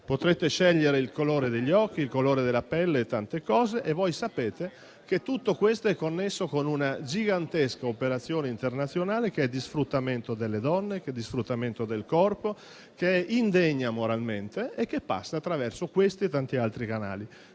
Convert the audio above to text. potrete scegliere il colore degli occhi, il colore della pelle. Come voi sapete, tutto questo è connesso ad una gigantesca operazione internazionale di sfruttamento delle donne, di sfruttamento del corpo, che è indegna moralmente e che passa attraverso questi e tanti altri canali.